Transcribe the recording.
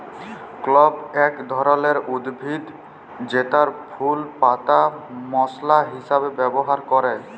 clove এক ধরলের উদ্ভিদ জেতার ফুল পাতা মশলা হিসাবে ব্যবহার ক্যরে